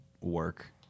work